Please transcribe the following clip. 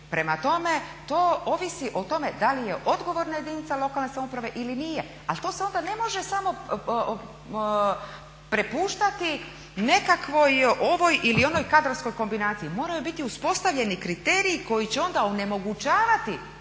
Prema tome, to ovisi o tome da li je odgovorna jedinica lokalne samouprave ili nije. Ali to se onda ne može samo prepuštati nekakvoj ovoj ili onoj kadrovskoj kombinaciji. Moraju biti uspostavljeni kriteriji koji će onda onemogućavati